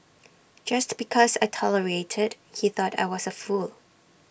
just because I tolerated he thought I was A fool